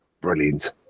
brilliant